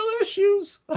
issues